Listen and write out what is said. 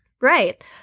Right